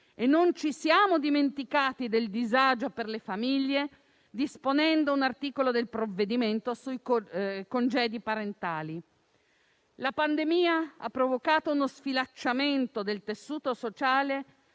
Non ci siamo dimenticati del disagio delle famiglie, disponendo, in un articolo del provvedimento, norme sui congedi parentali. La pandemia ha provocato uno sfilacciamento del tessuto sociale